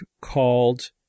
called